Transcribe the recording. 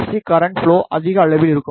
C current flow அதிக அளவில் இருக்கும்